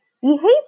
behavior